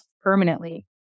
permanently